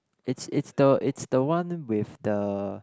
it's it's the it's the one with the